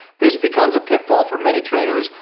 this becomes a pitfall for many traders.